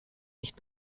nicht